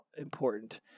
important